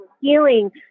healing